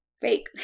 fake